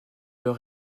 leurs